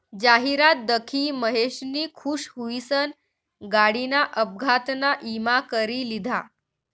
जाहिरात दखी महेशनी खुश हुईसन गाडीना अपघातना ईमा करी लिधा